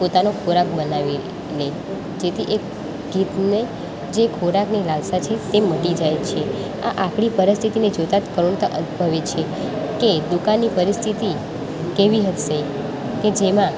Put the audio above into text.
પોતાનું ખોરાક બનાવી લે જેથી એ ગીધને જે ખોરાકની લાલસા છે તે મટી જાય છે આ આપણી પરિસ્થિતિને જોતા જ કરુણતા ઉદ્દભવે છે કે દુકાળની પરિસ્થિતિ કેવી હશે કે જેમાં